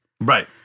Right